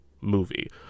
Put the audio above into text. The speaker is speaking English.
movie